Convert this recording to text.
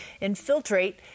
infiltrate